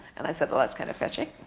and i said, well that's kind of fetching.